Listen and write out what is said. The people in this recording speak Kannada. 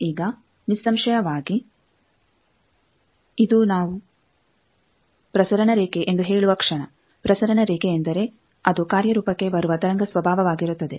ಈಗ ನಿಸ್ಸಂಶಯವಾಗಿ ಇದು ನಾವು ಪ್ರಸರಣ ರೇಖೆ ಎಂದು ಹೇಳುವ ಕ್ಷಣ ಪ್ರಸರಣ ರೇಖೆ ಎಂದರೆ ಅದು ಕಾರ್ಯ ರೂಪಕ್ಕೆ ಬರುವ ತರಂಗ ಸ್ವಭಾವವಾಗಿರುತ್ತದೆ